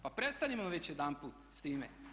Pa prestanimo već jedanput s time!